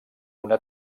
una